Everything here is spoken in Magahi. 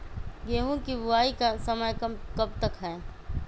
गेंहू की बुवाई का समय कब तक है?